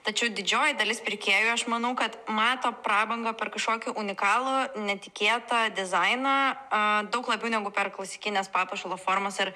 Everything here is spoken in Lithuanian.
tačiau didžioji dalis pirkėjų aš manau kad mato prabangą per kažkokį unikalų netikėtą dizainą a daug labiau negu per klasikines papuošalų formas ir